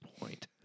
point